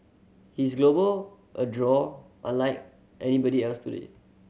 he's a global a draw unlike anybody else today